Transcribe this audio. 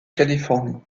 californie